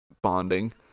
bonding